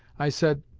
i said,